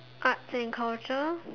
arts and culture